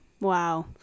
Wow